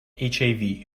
hiv